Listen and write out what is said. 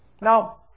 Now